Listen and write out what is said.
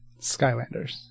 Skylanders